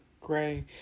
gray